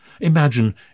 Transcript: Imagine